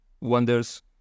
wonders